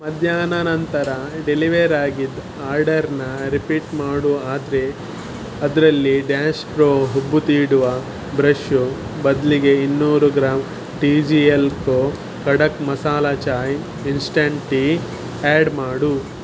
ಮಧ್ಯಾಹ್ನ ನಂತರ ಡೆಲಿವೇರ್ ಆಗಿದ್ದ ಆರ್ಡರನ್ನು ರಿಪೀಟ್ ಮಾಡು ಆದರೆ ಅದರಲ್ಲಿ ಡ್ಯಾಷ್ ಪ್ರೊ ಹುಬ್ಬು ತೀಡುವ ಬ್ರಷ್ ಬದಲಿಗೆ ಇನ್ನೂರು gram T G L co Khadak Masala Chai instant tea add ಮಾಡು